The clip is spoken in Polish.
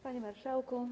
Panie Marszałku!